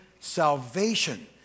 salvation